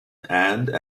and